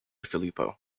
filippo